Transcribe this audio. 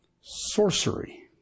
Sorcery